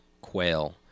quail